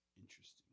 Interesting